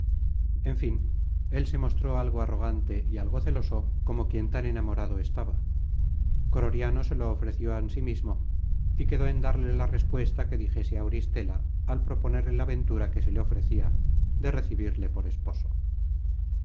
en fin él se mostró algo arrogante y algo celoso como quien tan enamorado estaba croriano se lo ofreció ansimismo y quedó en darle la respuesta que dijese auristela al proponerle la ventura que se le ofrecia de recebirle por esposo